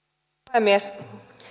puhemies